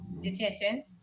Detention